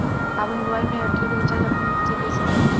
आपन मोबाइल में एयरटेल के रिचार्ज अपने से कइसे करि?